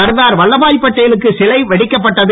சர்தார் வல்லபபாய் படேலுக்கு சிலை வடிக்கப்பட்டது